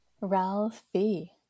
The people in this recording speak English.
Ralphie